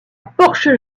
porsche